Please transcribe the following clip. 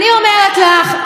אני אומרת לך,